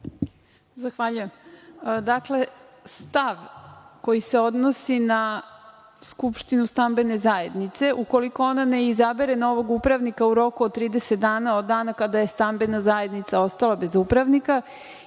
Zahvaljujem. Dakle, stav koji se odnosi na skupštinu stambene zajednice, ukoliko ona ne izabere novog upravnika u roku od 30 dana, od dana kada je stambena zajednica ostala bez upravnika,